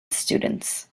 students